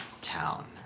town